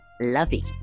lovey